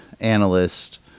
analyst